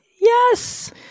Yes